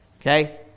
okay